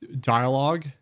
dialogue